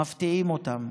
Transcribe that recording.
מפתיעים אותם,